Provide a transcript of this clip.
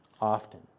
often